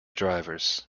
drivers